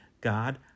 God